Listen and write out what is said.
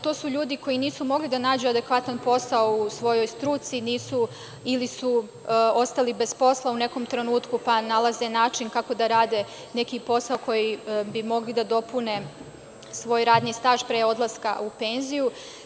To su ljudi koji nisu mogli da nađu adekvatan posao u svojoj struci ili su ostali bez posla u nekom trenutku, pa nalaze način kako da rade neki posao kojim bi mogli da dopune svoj radni staž pre odlaska u penziju.